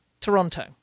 Toronto